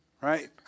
right